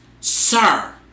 Sir